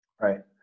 Right